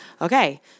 Okay